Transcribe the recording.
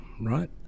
right